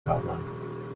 fahrbahn